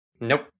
Nope